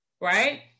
right